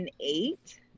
eight